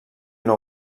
una